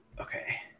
okay